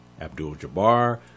Abdul-Jabbar